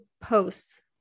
posts